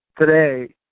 today